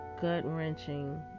gut-wrenching